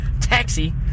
taxi